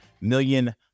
million